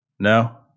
No